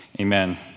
Amen